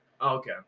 okay